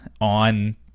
on